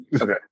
Okay